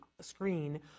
screen